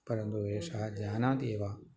परन्तु एषः जानाति एव